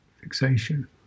fixation